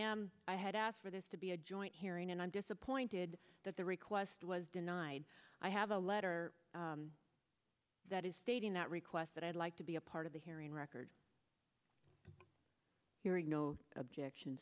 am i had asked for this to be a joint hearing and i'm disappointed that the request was denied i have a letter that is stating that request that i'd like to be a part of the hearing record hearing no objection